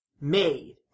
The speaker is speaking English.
made